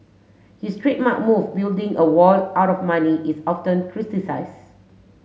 his trademark move building a wall out of money is often criticised